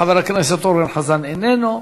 חבר הכנסת אורן חזן איננו,